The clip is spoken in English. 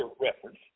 reference